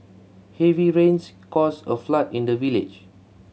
heavy rains caused a flood in the village